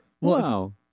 Wow